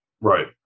right